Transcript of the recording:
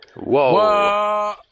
Whoa